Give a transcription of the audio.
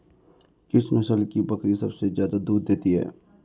किस नस्ल की बकरी सबसे ज्यादा दूध देती है?